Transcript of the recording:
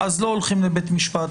לא הולכים לבית משפט.